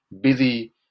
busy